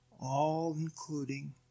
all-including